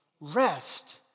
Rest